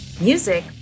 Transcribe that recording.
Music